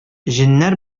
җеннәр